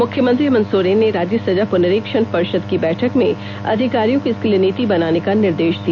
मुख्यमंत्री हेमन्त सोरेन ने राज्य सजा पुनरीक्षण पर्षद की बैठक में अधिकारियों को इसके लिए नीति बनाने का निर्देश दिया